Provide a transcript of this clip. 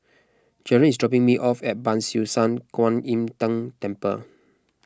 Jaron is dropping me off at Ban Siew San Kuan Im Tng Temple